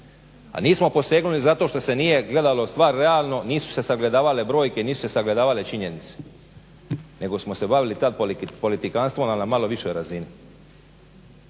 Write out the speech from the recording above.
A nismo posegnuli zato što se nije gledalo stvari realno nisu se sagledavale brojeve, nisu se sagledavale činjenice nego samo se tada bavili politikanstvom na malo višoj razini.